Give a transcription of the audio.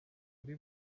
kuri